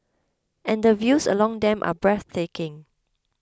and the views along them are breathtaking